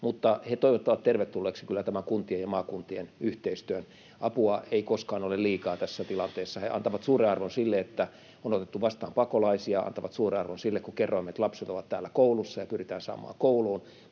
mutta he toivottavat tervetulleeksi kyllä tämän kuntien ja maakuntien yhteistyön. Apua ei koskaan ole liikaa tässä tilanteessa. He antavat suuren arvon sille, että on otettu vastaan pakolaisia, antavat suuren arvon sille, kun kerroimme, että lapset ovat täällä koulussa ja pyritään saamaan kouluun,